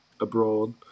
abroad